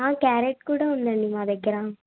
carrot కూడా ఉందండి మా దగ్గరా